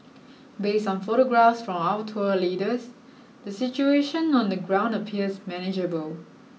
based on photographs from our tour leaders the situation on the ground appears manageable